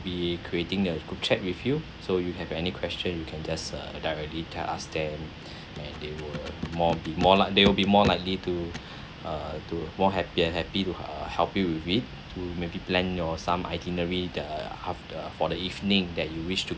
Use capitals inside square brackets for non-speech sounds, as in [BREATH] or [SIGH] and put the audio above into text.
be creating the group chat with you so you have any question you can just uh directly ask them [BREATH] and they will more be more like they will be more likely to uh to more happier and happy uh to help you with it to maybe plan your some itinerary the half the for the evening that you wish to